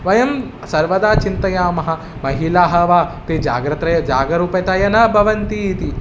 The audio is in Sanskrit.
वयं सर्वदा चिन्तयामः महिलाः वा ते जागर्तिः जागरूकतया न भवन्ति इति